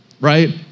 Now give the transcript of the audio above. right